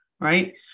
right